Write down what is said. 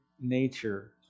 nature